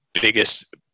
biggest